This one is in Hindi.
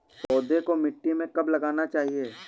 पौधें को मिट्टी में कब लगाना चाहिए?